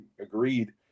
agreed